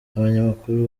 abanyamakuru